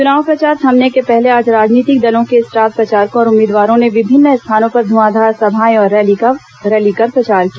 चुनाव प्रचार थमने के पहले आज राजनीतिक दलों के स्टार प्रचारकों और उम्मीदवारों ने विभिन्न स्थानों पर ध्आंधार सभाएं और रैली कर प्रचार किया